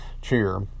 cheer